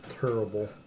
terrible